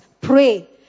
pray